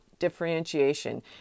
differentiation